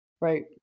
Right